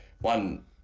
one